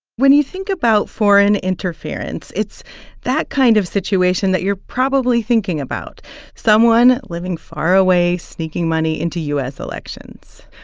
when you think about foreign interference, it's that kind of situation that you're probably thinking about someone living far away sneaking money into s. elections.